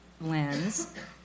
lens